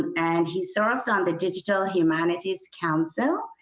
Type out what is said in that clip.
and he serves on the digital humanities council.